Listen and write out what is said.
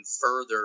further